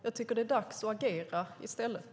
Jag tycker att det är dags att agera i stället.